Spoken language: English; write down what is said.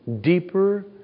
deeper